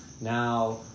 now